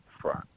front